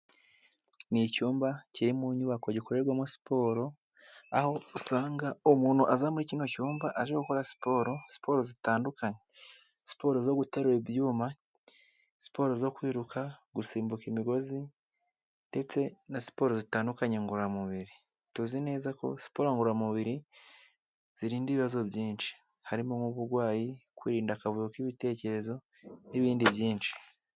Ni icyumba kiri mu nyubako gikorerwamo siporo, aho usanga umuntu aza muri kino cyumba aje gukora siporo, siporo zitandukanye: siporo zo guterura ibyuma, siporo zo kwiruka, gusimbuka imigozi, ndetse na siporo zitandukanye ngorora mubiri. Tuzi neza ko siporo ngorora mubiri zirinda ibibazo byinshi harimo nk'uburwayi, kurinda akavuyo k'ibitekerezo n'ibindi byinshi.